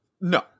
No